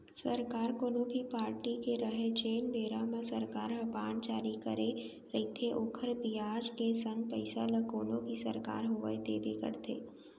सरकार कोनो भी पारटी के रहय जेन बेरा म सरकार ह बांड जारी करे रइथे ओखर बियाज के संग पइसा ल कोनो भी सरकार होवय देबे करथे